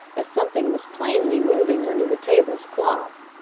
as something was plainly moving under the tables cloth.